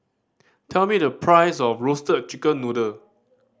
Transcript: tell me the price of Roasted Chicken Noodle